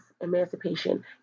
emancipation